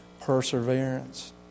Perseverance